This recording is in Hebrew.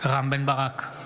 רם בן ברק,